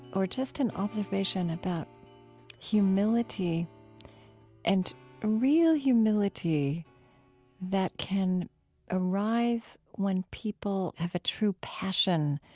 or just an observation about humility and real humility that can arise when people have a true passion